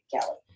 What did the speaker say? Kelly